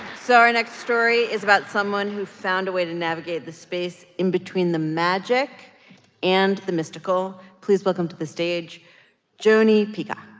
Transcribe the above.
so our next story is about someone who found a way to navigate the space in between the magic and the mystical. please welcome to the stage joani peacock